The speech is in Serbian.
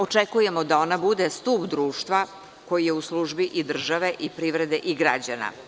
Očekujemo da ona bude stub društva koji je u službi i države i privrede i građana.